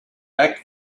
back